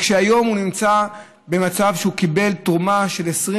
כשהוא נמצא במצב שהוא קיבל תרומה של 20